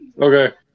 Okay